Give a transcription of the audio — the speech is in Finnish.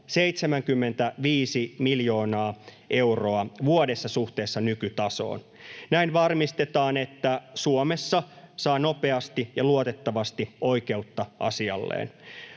75 miljoonaa euroa vuodessa suhteessa nykytasoon. Näin varmistetaan, että Suomessa saa nopeasti ja luotettavasti oikeutta asialleen.